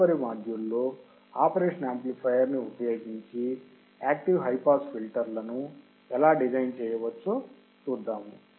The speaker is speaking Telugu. తదుపరి మాడ్యూల్లో ఆపరేషన్ యాంప్లిఫయర్ ని ఉపయోగించి యాక్టివ్ హై పాస్ ఫిల్టర్లను ఎలా డిజైన్ చేయవచ్చో చూద్దాం